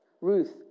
Ruth